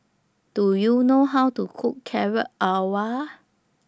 Do YOU know How to Cook Carrot Halwa